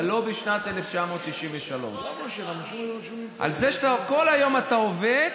אבל לא בשנת 1993. על זה שכל היום אתה עובד,